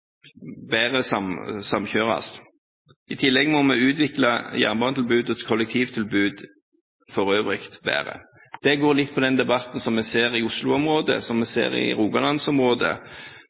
tillegg må vi utvikle jernbanetilbud og kollektivtilbud for øvrig bedre. Det går litt på den debatten vi ser i Oslo-området, som vi ser i